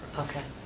okay.